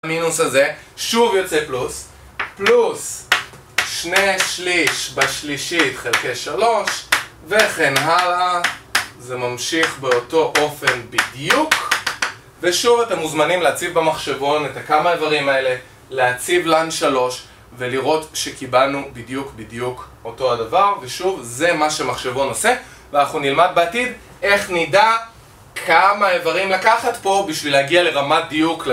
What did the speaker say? המינוס הזה. שוב יוצא פלוס. פלוס שני שליש בשלישית חלקי שלוש, וכן הלאה, זה ממשיך באותו אופן בדיוק, ושוב אתם מוזמנים להציב במחשבון את הכמה איברים האלה, להציב ln שלוש, ולראות שקיבלנו בדיוק בדיוק... אותו הדבר, ושוב, זה מה שמחשבון עושה, ואנחנו נלמד בעתיד, איך נדע, כמה איברים לקחת פה בשביל להגיע לרמת דיוק ל...